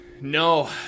No